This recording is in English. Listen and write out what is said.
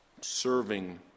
serving